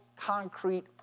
concrete